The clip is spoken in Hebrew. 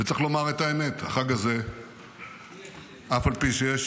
--- אבל התייחסת לתקשורת --- כל חייל וחיילת שלנו וכל מפקד ומפקדת